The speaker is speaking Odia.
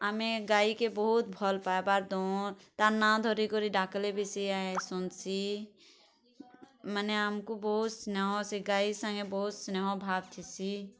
ଆମେ ଗାଈକେ ବହୁତ ଭଲ ପାଏବାର ଦଉଁ ତାର ନାଁ ଧରି କରି ଡାକ୍ଲେ ବି ସିଏ ଶୁନ୍ସି ମାନେ ଆମ୍କୁ ବହୁତ ସ୍ନେହ ସେ ଗାଈ ସାଙ୍ଗେ ବହୁତ ସ୍ନେହ ଭାବ୍ ଥିସି